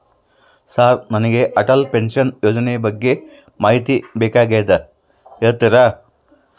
Sir ನನಗೆ Atal pension ಯೋಜನೆ ಬಗ್ಗೆ ಮಾಹಿತಿ ಬೇಕಾಗ್ಯದ ಹೇಳ್ತೇರಾ?